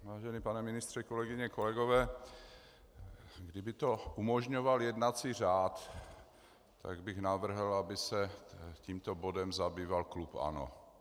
Vážený pane ministře, kolegyně, kolegové, kdyby to umožňoval jednací řád, tak bych navrhl, aby se tímto bodem zabýval klub ANO.